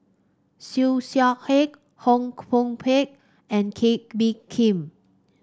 Siew Shaw Her Koh Hoon Teck and Kee Bee Khim